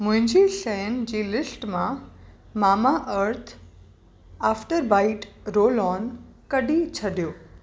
मुंहिंजी शयुनि जी लिस्ट मां Mamaearth after bite roll on कढी छॾियो